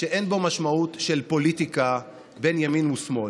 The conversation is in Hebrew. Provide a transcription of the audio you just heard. שאין לו משמעות של פוליטיקה בין ימין ושמאל,